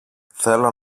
θέλω